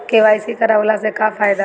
KYC करवला से का का फायदा बा?